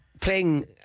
playing